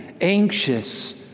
anxious